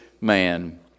man